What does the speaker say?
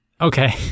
Okay